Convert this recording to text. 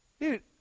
Dude